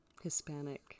Hispanic